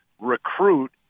recruit